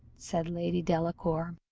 said lady delacour,